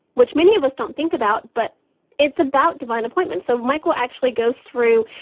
which many of us don't think about, but it's about divine appointments. so michael actually goes through